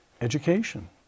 education